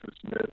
Smith